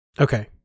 Okay